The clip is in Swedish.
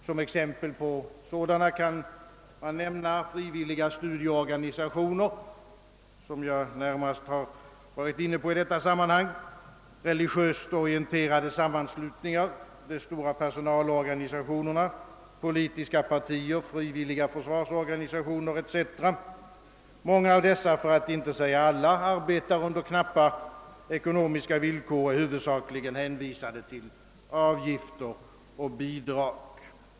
Som exempel på sådana organisationer kan jag nämna frivilliga studieorganisationer — som jag närmast har varit inkopplad på — religiöst orienterade sammanslutningar, de stora personalorganisationerna, politiska partier, frivilliga försvarsorganisationer etc. Många av dessa, för att inte säga alla, arbetar under knappa ekonomiska villkor och är huvudsakligen hänvisade till avgifter och bidrag.